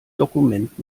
dokument